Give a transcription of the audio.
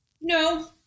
No